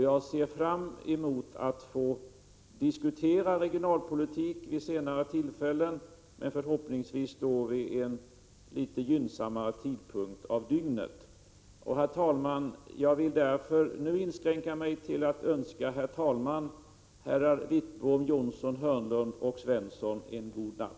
Jag ser fram mot att få diskutera regionalpolitik vid senare tillfälle, men då förhoppningsvis vid en litet gynnsammare tidpunkt av dygnet. Herr talman! Jag vill därför nu inskränka mig till att önska herr talman och herrarna Wittbom, Jonsson, Hörnlund och Svensson en god natt.